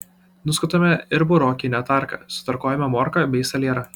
nuskutame ir burokine tarka sutarkuojame morką bei salierą